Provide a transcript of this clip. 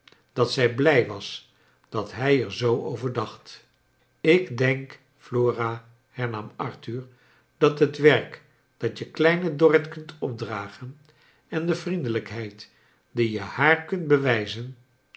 dat zij blij was dat hij er zoo over dacht j ik denk flora hernam arthur dat het werk dat je kleine dorrit kunt opdragen en de vriendelijkheid die je haar kunt bewijzen